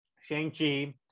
Shang-Chi